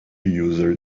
user